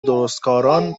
درستکاران